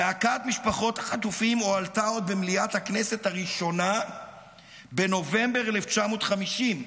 זעקת משפחות החטופים הועלתה עוד במליאת הכנסת הראשונה בנובמבר 1950,